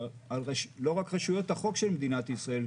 לא רק על רשויות החוק של מדינת ישראל,